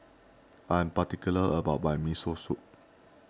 I am particular about my Miso Soup